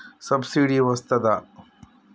Subsidy వస్తదా?